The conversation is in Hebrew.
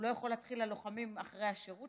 הוא לא יכול להתחיל ללוחמים אחרי השירות